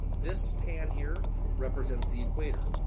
this pan here represents the equator,